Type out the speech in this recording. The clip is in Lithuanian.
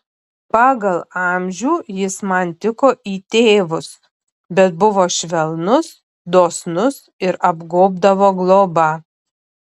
pagal amžių jis man tiko į tėvus bet buvo švelnus dosnus ir apgobdavo globa